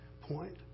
point